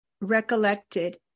recollected